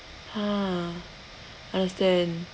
!huh! understand